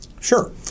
Sure